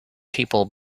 people